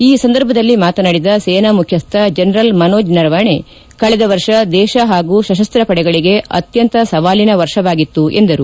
ಈ ಸಂದರ್ಭದಲ್ಲಿ ಮಾತನಾಡಿದ ಸೇನಾ ಮುಖ್ಯಸ್ಥ ಜನರಲ್ ಮನೋಜ್ ನರವಾಣೆ ಕಳೆದ ವರ್ಷ ದೇಶ ಹಾಗೂ ಸಶಸ್ತಪಡೆಗಳಿಗೆ ಅತ್ಯಂತ ಸವಾಲಿನ ವರ್ಷವಾಗಿತ್ತು ಎಂದರು